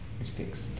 mistakes